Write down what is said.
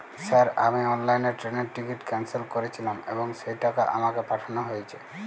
Sir আমি অনলাইনে ট্রেনের টিকিট ক্যানসেল করেছিলাম এবং সেই টাকা আমাকে পাঠানো হয়েছে?